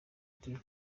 dieu